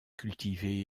cultivé